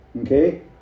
Okay